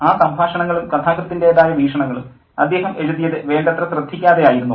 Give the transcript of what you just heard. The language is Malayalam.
ആ സംഭാഷണങ്ങളും കഥാകൃത്തിൻ്റേതായ വീക്ഷണങ്ങളും അദ്ദേഹം എഴുതിയത് വേണ്ടത്ര ശ്രദ്ധിക്കാതെ ആയിരുന്നോ